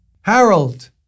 Harold